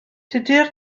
tudur